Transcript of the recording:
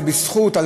זה בזכות זה